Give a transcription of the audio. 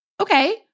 okay